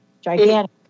gigantic